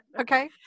Okay